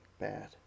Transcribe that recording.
Bad